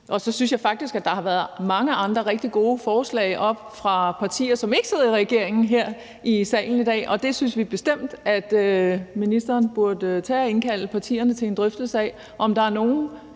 Og så synes jeg faktisk, at der er blevet stillet mange andre rigtig gode forslag fra partier, som ikke sidder i regeringen, her i salen i dag, og vi synes bestemt, at ministeren burde tage og indkalde partierne til en drøftelse af, om der er nogle